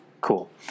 Cool